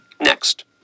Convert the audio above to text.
Next